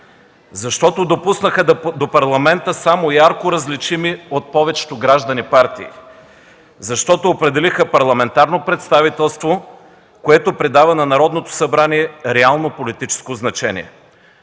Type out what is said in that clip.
защото допуснаха до Парламента само ярко различими от повечето граждани партии, защото определиха парламентарно представителство, което придава на Народното събрание реално политическо значение.